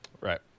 right